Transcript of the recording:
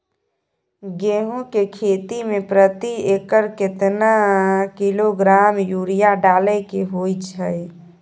गेहूं के खेती में प्रति एकर केतना किलोग्राम यूरिया डालय के होय हय?